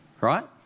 Right